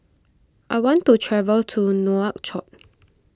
I want to travel to Nouakchott